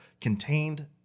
contained